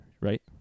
right